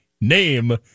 Name